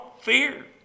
fear